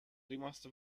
rimasto